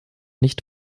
nicht